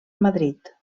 madrid